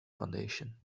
foundation